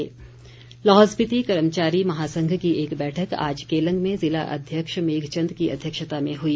बैठक लाहौल स्पीति कर्मचारी महासंघ की एक बैठक आज केलंग में ज़िला अध्यक्ष मेघचंद की अध्यक्षता में हुई